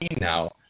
now